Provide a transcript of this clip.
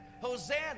Hosanna